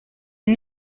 new